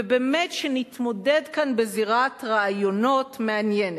ובאמת נתמודד כאן בזירת רעיונות מעניינת.